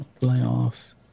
Playoffs